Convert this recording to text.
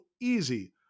easy